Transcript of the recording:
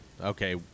Okay